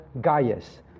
Gaius